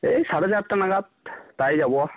এই সাড়ে চারটা নাগাদ তাই যাবো